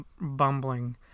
bumbling